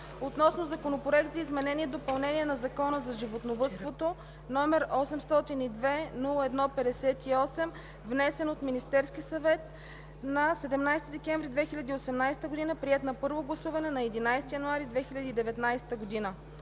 относно Законопроект за изменение и допълнение на Закона за животновъдството, № 802-01-58, внесен от Министерския съвет на 17 декември 2018 г., приет на първо гласуване на 11 януари 2019 г.